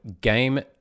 game